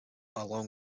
along